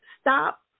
stop